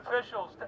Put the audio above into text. officials